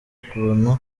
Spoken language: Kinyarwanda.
ukuntu